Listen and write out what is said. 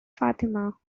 fatima